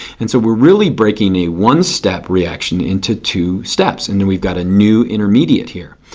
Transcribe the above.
and so we're really breaking a one-step reaction into two steps. and then we've got a new intermediate here.